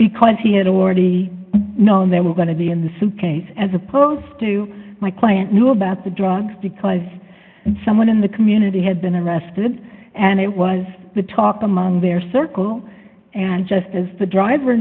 because he had already known they were going to be in the suitcase as opposed to my client knew about the drugs because someone in the community had been arrested and it was the talk among their circle and just as the driver